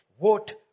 vote